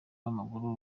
w’amaguru